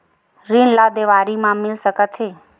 ऋण ला देवारी मा मिल सकत हे